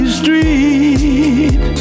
street